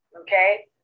okay